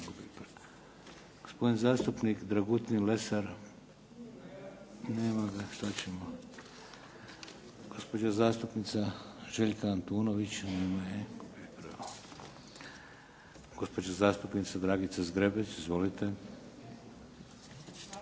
Gospodin zastupnik Dragutin Lesar. Nema ga. Što ćemo? Gospođa zastupnica Željka Antunović. Nema je. Gubi pravo. Gospođa zastupnica Dragica Zgrebec. Izvolite.